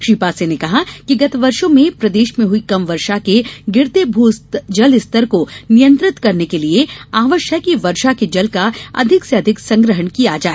श्री पांसे ने कहा कि गत वर्षो में प्रदेश में हुई कम वर्षा से गिरते भू जल स्तर को नियंत्रित करने के लिए आवश्यक है कि वर्षा के जल का अधिक से अधिक संग्रहण किया जाए